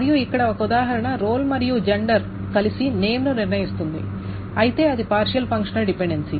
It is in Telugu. మరియు ఇక్కడ ఒక ఉదాహరణ రోల్ మరియు జెండర్ కలిసి నేమ్ ను నిర్ణయిస్తుంది అయితే ఇది పార్షియల్ ఫంక్షనల్ డిపెండెన్సీ